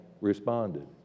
responded